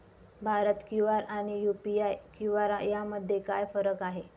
Bharat QR आणि UPI QR मध्ये काय फरक आहे?